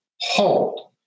hold